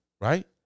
right